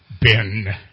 Ben